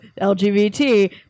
LGBT